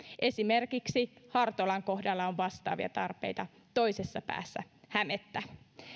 esimerkiksi hartolan kohdalla on vastaavia tarpeita toisessa päässä hämettä